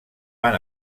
van